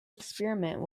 experiment